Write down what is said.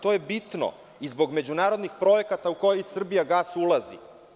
To je bitno i zbog međunarodnih projekata u koje „Srbijagas“ ulazi.